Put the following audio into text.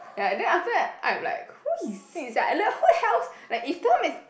ya and then after that I'm like who is it sia and then who the else like if Tom is